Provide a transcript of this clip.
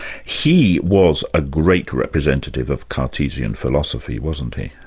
he was a great representative of cartesian philosophy, wasn't he?